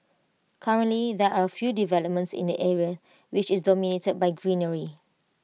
currently there are few developments in the area which is dominated by greenery